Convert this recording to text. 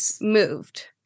moved